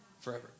forever